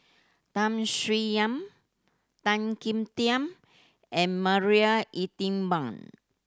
Tham Sien Yen Tan Kim Tian and Marie Ethel Bong